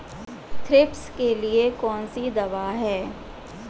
Thrips के लिए कौन सी दवा है?